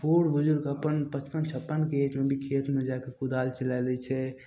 बूढ़ बुजुर्ग अपन पचपन छप्पनके एजमे भी खेतमे जाकर कुदाल चला लै छै